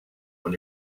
when